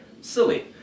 silly